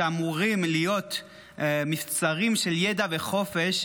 שאמורות להיות מבצרים של ידע וחופש,